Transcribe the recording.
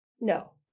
no